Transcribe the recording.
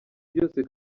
byose